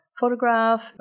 photograph